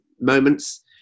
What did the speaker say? moments